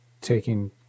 taking